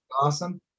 awesome